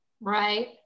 right